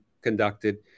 conducted